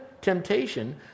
temptation